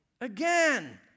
Again